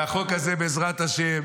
והחוק הזה, בעזרת השם,